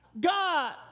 God